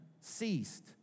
ceased